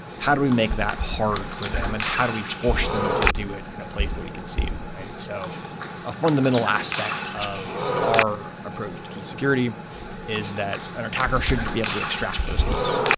how do we make that hard for them and how do we force them to do it in a place that we can see it? so a fundamental aspect of our approach to key security is that an attacker shouldn't be able to extract those keys.